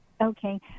Okay